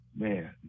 Man